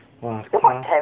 !wah! car